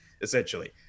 essentially